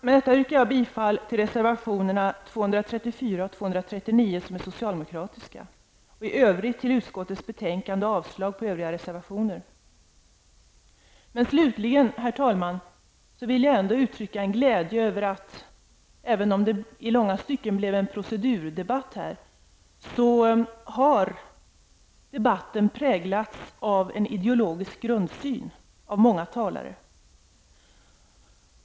Med detta yrkar jag bifall till reservationerna 234 och 239, som är socialdemokratiska, i övrigt bifall till utskottets hemställan och avslag på övriga reservationer. Slutligen, herr talman, vill jag uttrycka min glädje över att debatten, även om det i långa stycken blev en procedurdebatt, har präglats av en ideologisk grundsyn hos många talare.